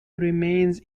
remains